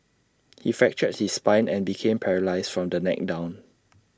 he fractured his spine and became paralysed from the neck down